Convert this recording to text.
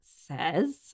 says